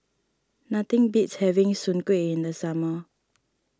nothing beats having Soon Kway in the summer